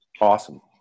Awesome